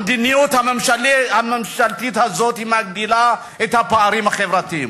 המדיניות הממשלתית הזאת מגדילה את הפערים החברתיים.